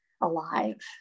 alive